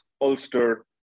Ulster